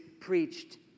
preached